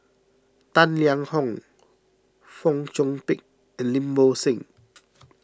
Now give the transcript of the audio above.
Tang Liang Hong Fong Chong Pik and Lim Bo Seng